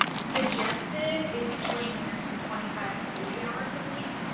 suggested is usually anywhere from twenty five to forty hours a week.